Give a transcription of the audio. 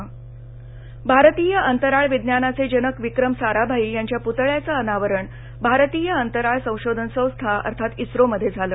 प्रती भारतीय अंतराळ विज्ञानाचे जनक विक्रम साराभाई यांच्या पुतळ्याचं अनावरण भारतीय अंतराळ संशोधन संस्था अर्थात इसरो मध्ये झालं